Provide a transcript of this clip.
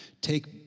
Take